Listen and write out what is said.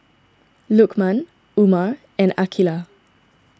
Lukman Umar and Aqeelah